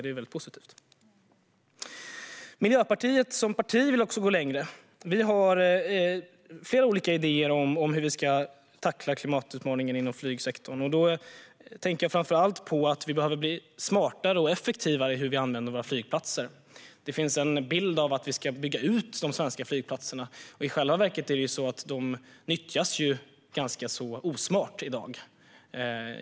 Det är väldigt positivt. Miljöpartiet som parti vill också gå längre. Vi har flera olika idéer om hur vi ska tackla klimatutmaningen inom flygsektorn. Jag tänker framför allt på att vi behöver bli smartare och effektivare i hur vi använder våra flygplatser. Det finns en bild av att vi ska bygga ut de svenska flygplatserna. I själva verket nyttjas de ganska osmart i dag.